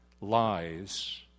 lies